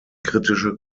kritische